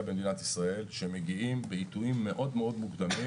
במדינת ישראל מגיעים בעיתויים מאוד מאוד מוקדמים.